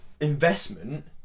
investment